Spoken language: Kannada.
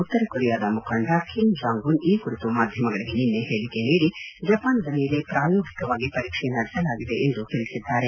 ಉತ್ತರ ಕೊರಿಯಾದ ಮುಖಂಡ ಕಿಂಜಾಂಗ್ವುನ್ ಈ ಕುರಿತು ಮಾಧ್ಯಮಗಳಿಗೆ ನಿನ್ನೆ ಹೇಳಿಕೆ ನೀಡಿ ಜಪಾನದ ಮೇಲೆ ಪ್ರಾಯೋಗಿಕವಾಗಿ ಪರೀಕ್ಷೆ ನಡೆಸಲಾಗಿದೆ ಎಂದು ತಿಳಿಸಿದ್ದಾರೆ